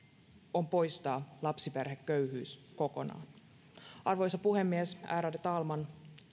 on poistaa lapsiperheköyhyys kokonaan arvoisa puhemies ärade talman